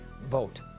vote